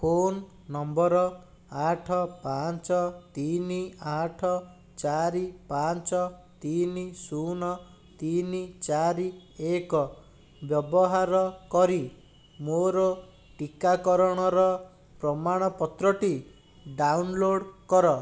phone number ଆଠ ପାଞ୍ଚ ତିନି ଆଠ ଚାରି ପାଞ୍ଚ ତିନି ଶୂନ ତିନି ଚାରି ଏକ ବ୍ୟବହାର କରି ମୋର ଟିକାକରଣର ପ୍ରମାଣପତ୍ରଟି ଡାଉନଲୋଡ଼୍ କର